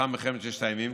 שלאחר מלחמת ששת הימים,